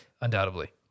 Undoubtedly